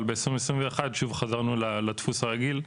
אבל ב-2021 שוב חזרנו לדפוס הרגיל,